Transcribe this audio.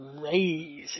crazy